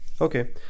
Okay